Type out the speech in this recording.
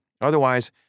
Otherwise